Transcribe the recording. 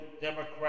Democrats